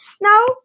Now